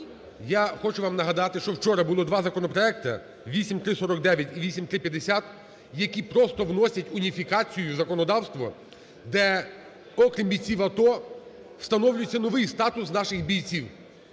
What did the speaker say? я хочу вам нагадати, що вчора було два законопроекти: 8349 і 8350, - які просто вносять уніфікацію в законодавство, де, окрім бійців АТО, встановлюється новий статус наших бійців,